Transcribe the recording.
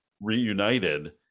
reunited